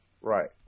Right